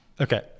Okay